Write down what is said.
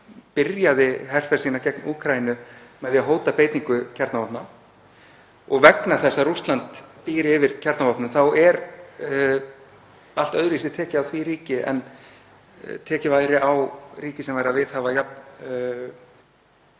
byrjaði herferð sína gegn Úkraínu með því að hóta beitingu kjarnavopna. Vegna þess að Rússland býr yfir kjarnavopnum er allt öðruvísi tekið á því ríki en tekið væri á ríki sem viðhefði jafn